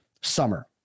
summer